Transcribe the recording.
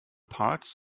parts